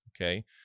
okay